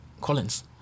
Collins